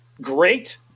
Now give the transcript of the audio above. great